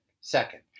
Second